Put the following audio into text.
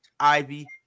Ivy